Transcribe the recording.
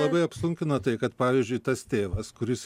labai apsunkino tai kad pavyzdžiui tas tėvas kuris